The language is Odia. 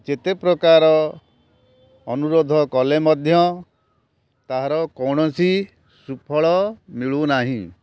ଯେତେ ପ୍ରକାର ଅନୁରୋଧ କଲେ ମଧ୍ୟ ତାହାର କୋଣସି ସୁଫଳ ମିଳୁନାହିଁ